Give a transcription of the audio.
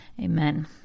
amen